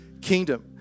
kingdom